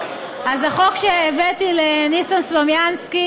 אז למה אתם מתחננים כל יומיים שנצטרף לממשלה?